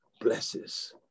blesses